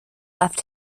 left